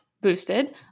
boosted